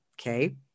Okay